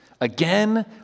Again